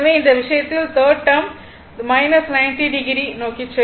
எனவே இந்த விஷயத்தில் 3 டேர்ம் 90o நோக்கி செல்லும்